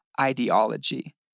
ideology